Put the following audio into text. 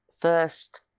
first